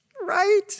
Right